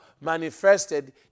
manifested